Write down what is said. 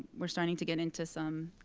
we're starting to get into some